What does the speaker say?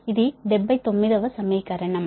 ఇది 79 వ సమీకరణం